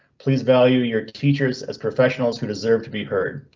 please value your teachers as professionals who deserve to be heard.